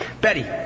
Betty